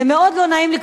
ומאוד לא נעים לי,